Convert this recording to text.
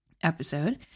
episode